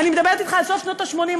אני מדברת אתך על סוף שנות ה-80,